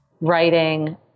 writing